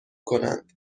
کنند